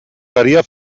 faria